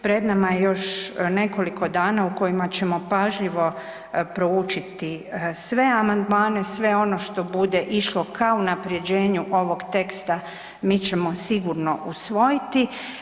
Pred nama je još nekoliko dana u kojima ćemo pažljivo proučiti sve amandmane, sve ono što bude išlo ka unapređenju ovog teksta mi ćemo sigurno usvojiti.